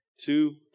Two